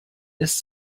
ist